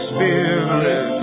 Spirit